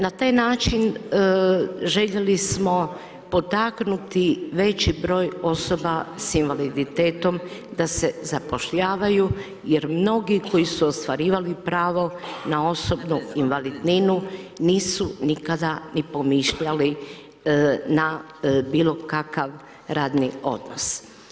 Na taj način željeli smo potaknuti veći broj osoba s invaliditetom, da se zapošljavaju, jer mnogi koji su ostvarivali pravo na osobnu invalidninu, nisu nikada ni pomišljali na bilo kakav radni odnos.